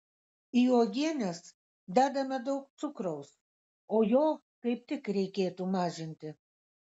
į uogienes dedame daug cukraus o jo kaip tik reikėtų mažinti